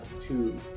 two